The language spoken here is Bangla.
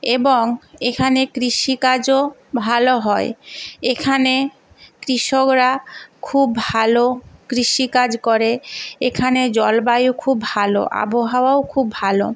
এবং এখানে কৃষিকাজও ভালো হয় এখানে কৃষকরা খুব ভালো কৃষিকাজ করে এখানে জলবায়ু খুব ভালো আবহাওয়াও খুব ভালো